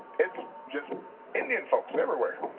it's just indian folks everywhere.